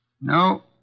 No